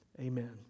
Amen